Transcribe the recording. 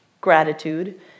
gratitude